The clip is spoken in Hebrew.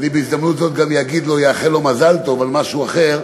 אני בהזדמנות זו גם אאחל לו מזל טוב על משהו אחר,